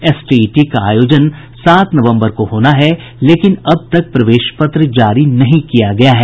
STET का आयोजन सात नवम्बर को होना है लेकिन अब तक प्रवेश पत्र जारी नहीं किया गया है